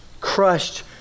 crushed